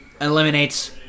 eliminates